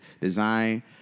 design